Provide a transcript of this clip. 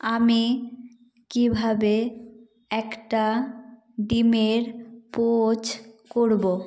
আমি কীভাবে একটা ডিমের পোচ করব